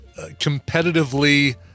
competitively